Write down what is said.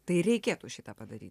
tai reikėtų šį tą padaryti